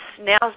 now